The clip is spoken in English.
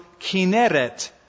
kineret